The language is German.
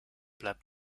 bleibt